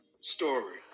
story